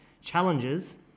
challenges